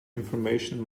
information